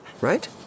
right